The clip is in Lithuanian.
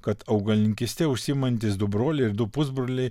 kad augalininkyste užsiimantys du broliai ir du pusbroliai